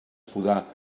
podar